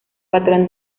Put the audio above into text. patrón